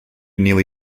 nearly